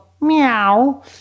meow